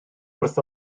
wrth